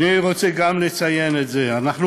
אני רוצה להודות על כל שיתוף הפעולה האדיר שיש מסביב לזה.